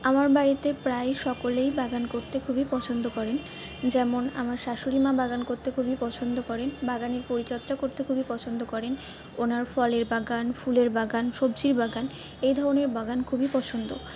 আমার বাড়িতে প্রায়ই সকলেই বাগান করতে খুবই পছন্দ করেন যেমন আমার শাশুড়ি মা বাগান করতে খুবই পছন্দ করেন বাগানের পরিচর্যা করতে খুবই পছন্দ করেন ওনার ফলের বাগান ফুলের বাগান সবজির বাগান এই ধরনের বাগান খুবই পছন্দ